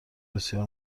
بسیار